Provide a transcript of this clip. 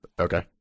Okay